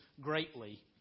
greatly